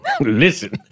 listen